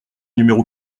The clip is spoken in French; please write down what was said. numéro